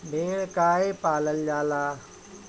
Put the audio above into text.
भेड़ काहे पालल जाला?